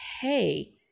Hey